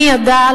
מי ידע,